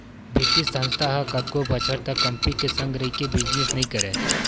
बित्तीय संस्था ह कतको बछर तक कंपी के संग रहिके बिजनेस नइ करय